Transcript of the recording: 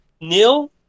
nil